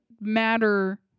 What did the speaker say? matter